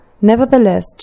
Nevertheless